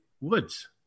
Woods